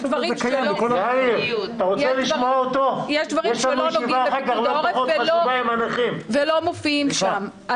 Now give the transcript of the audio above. דברים שלא נוגעים לפיקוד העורף ולא מופיעים שם.